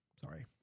Sorry